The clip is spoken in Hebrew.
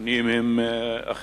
הנתונים הם אחרים.